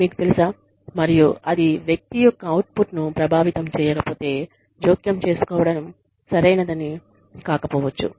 మీకు తెలుసా మరియు అది వ్యక్తి యొక్క అవుట్పుట్ను ప్రభావితం చేయకపోతే జోక్యం చేసుకోవడం సరైనది కాకపోవచ్చు